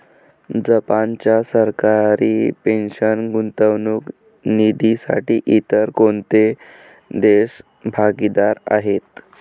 जपानच्या सरकारी पेन्शन गुंतवणूक निधीसाठी इतर कोणते देश भागीदार आहेत?